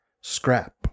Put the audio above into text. scrap